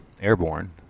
Airborne